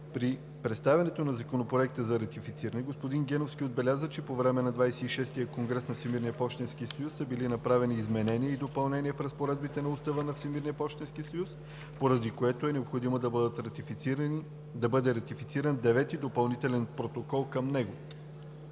При представянето на Законопроекта за ратифициране господин Геновски отбеляза, че по време на ХХVІ конгрес на Всемирния пощенски съюз са били направени изменения и допълнения в разпоредбите на Устава на Всемирния пощенски съюз, поради което е необходимо да бъде ратифициран Девети допълнителен протокол към него.